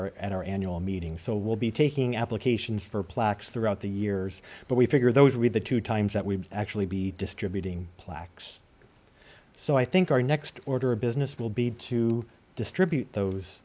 our and our annual meeting so we'll be taking applications for plaques throughout the years but we figure those read the two times that we actually be distributing plaques so i think our next order of business will be to distribute those